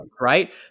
Right